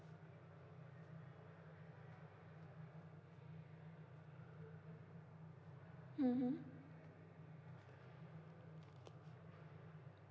mmhmm